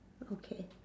okay